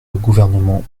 gouvernement